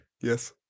Yes